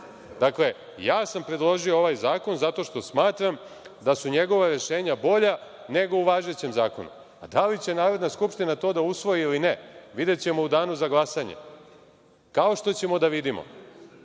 smešno. Dakle, ja sam predložio ovaj zakon zato što smatram da su njegova rešenja bolja nego u važećem zakonu. Da li će Narodna skupština to da usvoji ili ne videćemo u Danu za glasanje. Kao što ćemo da vidimo,